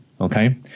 Okay